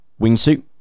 wingsuit